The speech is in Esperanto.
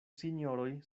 sinjoroj